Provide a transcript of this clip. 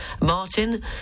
Martin